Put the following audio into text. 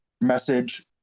message